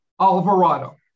Alvarado